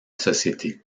société